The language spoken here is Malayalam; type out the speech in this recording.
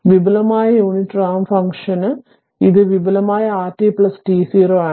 വിപുലമായ യൂണിറ്റ് റാമ്പ് ഫംഗ്ഷന് ഇത് വിപുലമായ rt t0 നാണ്